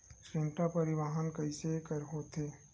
श्रृंखला परिवाहन कइसे होथे?